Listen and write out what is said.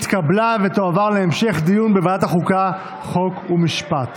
התשפ"ב